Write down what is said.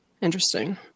interesting